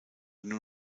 nur